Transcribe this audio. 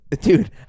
Dude